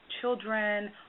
children